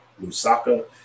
Lusaka